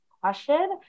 question